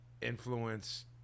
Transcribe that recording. influence